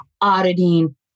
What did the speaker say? auditing